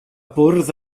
bwrdd